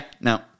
no